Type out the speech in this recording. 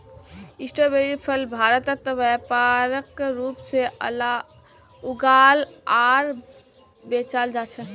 स्ट्रोबेरीर फल भारतत व्यापक रूप से उगाल आर बेचाल जा छेक